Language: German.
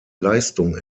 leistung